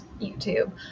YouTube